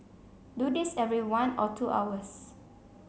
do this every one or two hours